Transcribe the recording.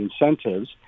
incentives